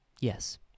Yes